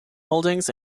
holdings